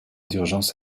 d’urgence